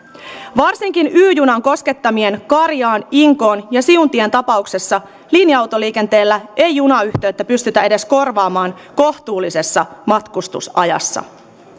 varsinkin y junan koskettamien karjaan inkoon ja siuntion tapauksessa linja autoliikenteellä ei junayhteyttä pystytä edes korvaamaan kohtuullisessa matkustusajassa